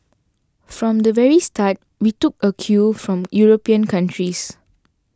from the very start we took a cue from European countries